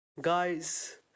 Guys